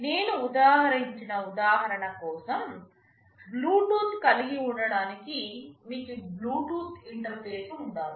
నేను ఉదహరించిన ఉదాహరణ కోసం బ్లూటూత్ కలిగి ఉండటానికి మీకు బ్లూటూత్ ఇంటర్ఫేస్ ఉండాలి